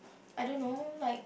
I don't know like